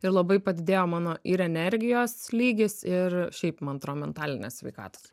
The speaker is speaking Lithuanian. ir labai padidėjo mano ir energijos lygis ir šiaip man atrodo mentalinė sveikata